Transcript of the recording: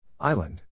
Island